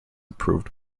approved